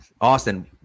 Austin